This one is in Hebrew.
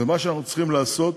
ומה שאנחנו צריכים לעשות,